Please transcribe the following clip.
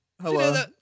hello